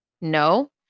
No